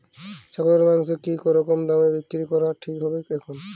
ছাগলের মাংস কী রকম দামে বিক্রি করা ঠিক হবে এখন?